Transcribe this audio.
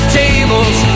tables